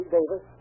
Davis